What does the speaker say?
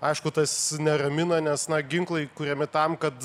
aišku tas neramina nes na ginklai kuriami tam kad